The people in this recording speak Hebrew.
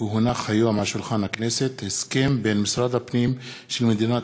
כי הונח היום על שולחן הכנסת הסכם בין משרד הפנים של מדינת